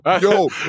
yo